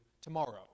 tomorrow